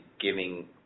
giving